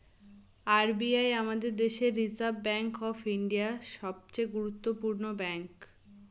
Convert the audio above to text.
R B I আমাদের দেশের reserve bank of India, সবচে গুরুত্বপূর্ণ ব্যাঙ্ক